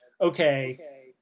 okay